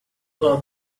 were